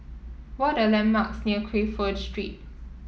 what are the landmarks near Crawford Street